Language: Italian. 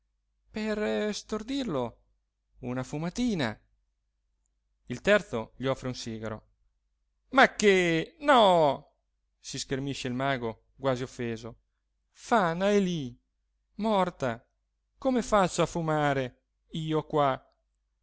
per stordirlo una fumatina il terzo gli offre un sigaro ma che no si schermisce il mago quasi offeso fana è lì morta come faccio a fumare io qua